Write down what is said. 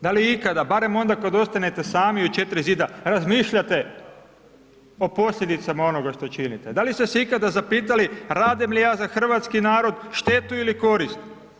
Da li je ikada, barem onda kada ostanete sami u 4 zida razmišljate o posljedicama onoga što činite, da li ste se ikada zapitali radim li ja za hrvatski narod štetu ili korist?